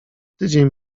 tydzień